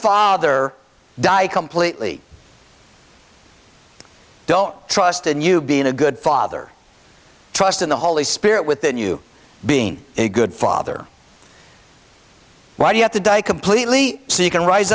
father die completely don't trust in you being a good father trust in the holy spirit within you being a good father why do you have to die completely so you can rise